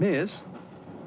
this is